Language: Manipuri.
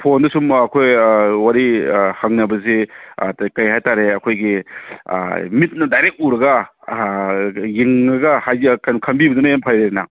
ꯐꯣꯟꯗꯁꯨꯝ ꯑꯩꯈꯣꯏ ꯋꯥꯔꯤ ꯍꯪꯅꯕꯁꯦ ꯀꯔꯤ ꯍꯥꯏꯇꯥꯔꯦ ꯑꯩꯈꯣꯏꯒꯤ ꯃꯤꯠꯅ ꯗꯥꯏꯔꯦꯛ ꯎꯔꯒ ꯌꯦꯡꯉꯒ ꯈꯟꯕꯤꯕꯗꯨꯅ ꯍꯦꯟ ꯐꯩꯗꯅ